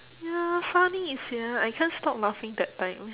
ya funny sia I can't stop laughing that time